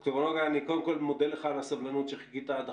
ד"ר נגה אני קודם כל מודה לך על הסבלנות שחיכית עד